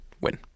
Win